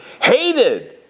Hated